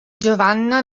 giovanna